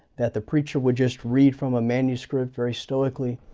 that the preacher would just read from a manuscript very stoically,